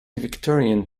victorian